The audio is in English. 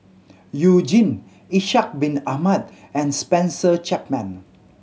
You Jin Ishak Bin Ahmad and Spencer Chapman